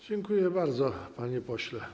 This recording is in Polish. Dziękuję bardzo, panie pośle.